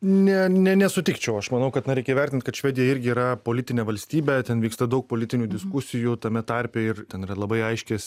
ne ne nesutikčiau aš manau kad na reikia įvertint kad švedija irgi yra politinė valstybė ten vyksta daug politinių diskusijų tame tarpe ir ten yra labai aiški